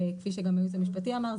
כפי שהיועץ המשפטי אמר,